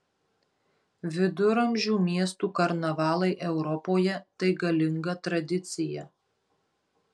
viduramžių miestų karnavalai europoje tai galinga tradicija